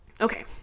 Okay